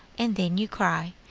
and then you cry,